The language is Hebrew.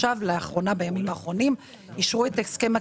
בימים האחרונה אישרו את הסכם הפשרה.